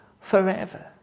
forever